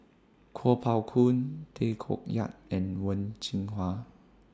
Kuo Pao Kun Tay Koh Yat and Wen Jinhua